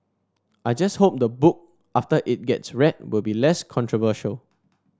I just hope the book after it gets read will be less controversial